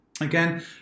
again